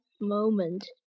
moment